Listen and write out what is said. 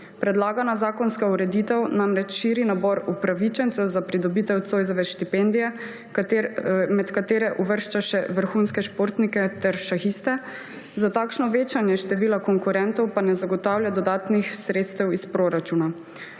Predlagana zakonska ureditev namreč širi nabor upravičencev za pridobitev Zoisove štipendije, med katere uvršča še vrhunske športnike ter šahiste, za takšno večanje števila konkurentov pa ne zagotavlja dodatnih sredstev iz proračuna.